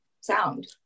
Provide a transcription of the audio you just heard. sound